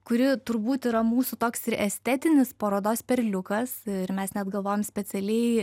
kuri turbūt yra mūsų toks ir estetinis parodos perliukas ir mes net galvojom specialiai